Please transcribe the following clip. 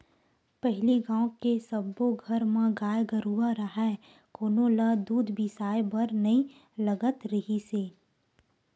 पहिली गाँव के सब्बो घर म गाय गरूवा राहय कोनो ल दूद बिसाए बर नइ लगत रिहिस